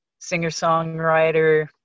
singer-songwriter